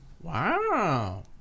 Wow